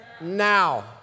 now